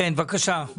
כן, בבקשה.